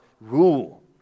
rule